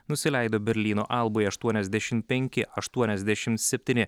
nusileido berlyno albai aštuoniasdešimt penki aštuoniasdešimt septyni